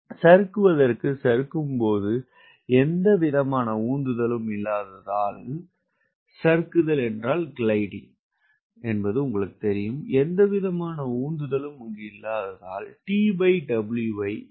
சறுக்குவதற்கு சறுக்கும் போது எந்தவிதமான உந்துதலும் இல்லாததால் TW ஐ 0 க்கு சமமாக வைக்கிறீர்கள்